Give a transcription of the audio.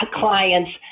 clients